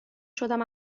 شدم